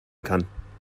kann